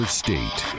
state